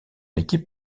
équipe